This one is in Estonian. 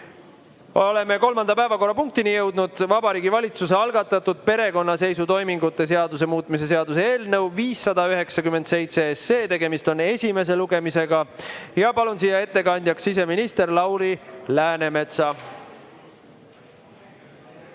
kolmanda päevakorrapunktini: Vabariigi Valitsuse algatatud perekonnaseisutoimingute seaduse muutmise seaduse eelnõu 597. Tegemist on esimese lugemisega. Palun ettekandjaks siseminister Lauri Läänemetsa.